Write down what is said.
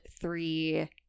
three